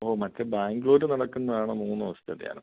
ഓ മറ്റേ ബാംഗ്ലൂർ നടക്കുന്നതാണോ മൂന്ന് ദിവസത്തെ ധ്യാനം